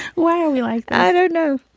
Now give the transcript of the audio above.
why are we like. i don't know